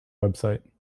website